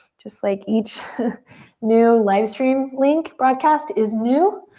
just like each new livestream link broadcast is new.